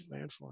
landform